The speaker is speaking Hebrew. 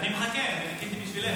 אני מחכה, וחיכיתי בשבילך.